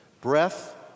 breath